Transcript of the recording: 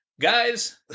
Guys